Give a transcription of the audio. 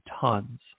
tons